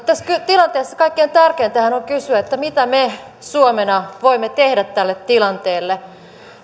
tässä tilanteessa kaikkein tärkeintähän on kysyä mitä me suomena voimme tehdä tälle tilanteelle